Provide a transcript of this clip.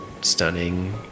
stunning